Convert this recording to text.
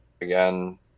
again